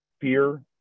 fear